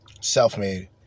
self-made